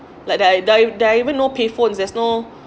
like there there there even no payphones there's no